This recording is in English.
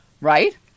right